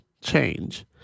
change